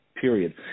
period